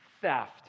theft